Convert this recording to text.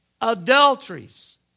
Adulteries